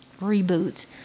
reboot